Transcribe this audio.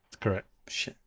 correct